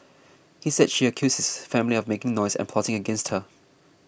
he said she accused his family of making noise and plotting against her